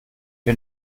wir